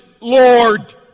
Lord